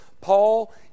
Paul